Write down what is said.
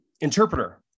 Interpreter